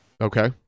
Okay